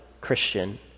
Christian